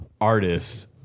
artists –